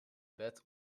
bed